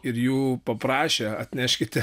ir jų paprašė atneškite